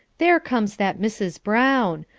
there comes that mrs. brown.